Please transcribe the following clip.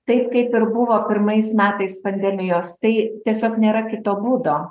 taip kaip ir buvo pirmais metais pandemijos tai tiesiog nėra kito būdo